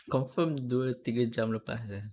confirm dua tiga jam lepas eh